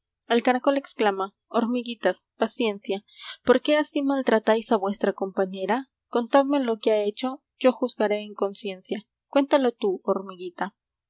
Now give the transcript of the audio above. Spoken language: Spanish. el caracol exclama hormiguitas paciencia por qué así maltratáis a vuestra compañera contadme lo que ha hecho v juzgaré en conciencia cuéntalo tú hormiguita